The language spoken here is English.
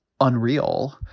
unreal